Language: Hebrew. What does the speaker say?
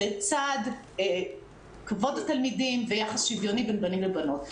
לצד כבוד התלמידים ויחס שוויוני בין בנים ובנות.